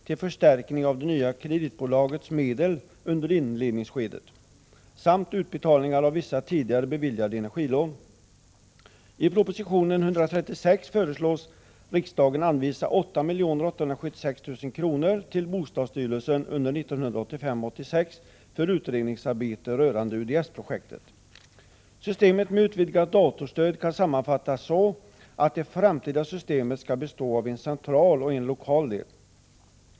till förstärkning av det nya kreditbolagets medel under inledningsskedet samt utbetalningar av vissa tidigare beviljade energilån. I proposition 136 föreslås rikdagen anvisa 8 876 000 kr. till bostadsstyrelsen under 1985/86 för utredningsarbete rörande UDS-projektet. Systemet med utvidgat datorstöd kan sammanfattas så, att det framtida systemet skall bestå av en central och en lokal del.